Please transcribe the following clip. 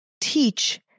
teach